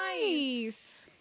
nice